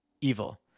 evil